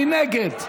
מי נגד?